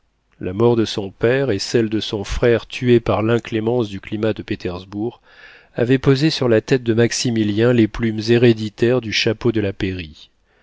la mort de son père et celle de son frère tué par l'inclémence du climat de pétersbourg avaient posé sur la tête de maximilien les plumes héréditaires du chapeau de la